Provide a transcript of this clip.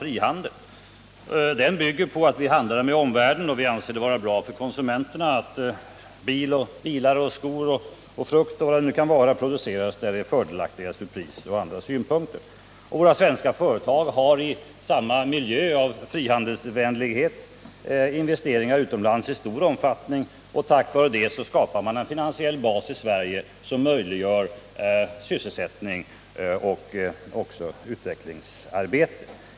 Frihandelstanken bygger ju på att vi fritt handlar med omvärlden; att det är bra för konsumenterna att bilar, skor och frukt, eller vilka varor det än kan vara fråga om, produceras där det ur prismässiga och andra synpunkter är fördelaktigast. Våra svenska företag har i den andan gjort investeringar utomlands i stor omfattning. Tack vare detta har de skaffat sig en finansiell bas för sysselsättning och utveckling även i Sverige.